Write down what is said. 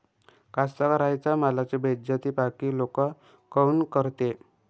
कास्तकाराइच्या मालाची बेइज्जती बाकी लोक काऊन करते?